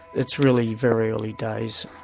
it's really very early days.